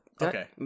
Okay